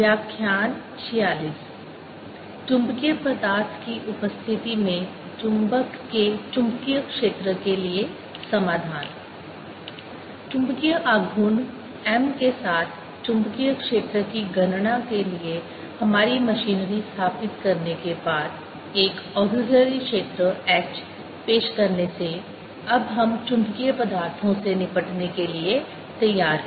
व्याख्यान 46 चुंबकीय पदार्थ की उपस्थिति में चुंबक के चुंबकीय क्षेत्र के लिए समाधान चुंबकीय आघूर्ण m के साथ चुंबकीय क्षेत्र की गणना के लिए हमारी मशीनरी स्थापित करने के बाद एक ऑक्सीलिरी क्षेत्र h पेश करने से अब हम चुंबकीय पदार्थों से निपटने के लिए तैयार हैं